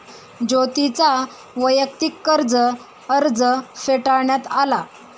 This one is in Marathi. ज्योतीचा वैयक्तिक कर्ज अर्ज फेटाळण्यात आला